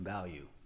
Value